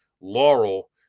Laurel